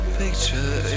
picture